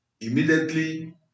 Immediately